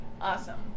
awesome